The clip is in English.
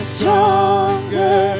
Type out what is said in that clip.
stronger